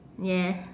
yeah